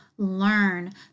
learn